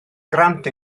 grant